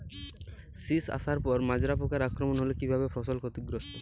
শীষ আসার পর মাজরা পোকার আক্রমণ হলে কী ভাবে ফসল ক্ষতিগ্রস্ত?